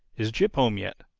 is jip home yet?